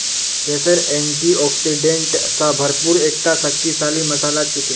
केसर एंटीऑक्सीडेंट स भरपूर एकता शक्तिशाली मसाला छिके